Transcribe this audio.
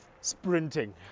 sprinting